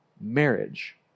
marriage